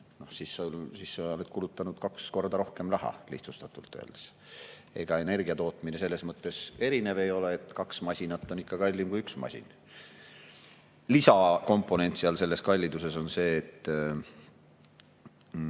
siis sa oled kulutanud kaks korda rohkem raha, lihtsustatult öeldes. Ega energiatootmine selles mõttes erinev ei ole, kaks masinat on kallim kui üks masin. Lisakomponent selles kalliduses on see, et